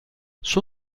suo